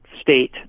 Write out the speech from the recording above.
state